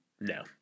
No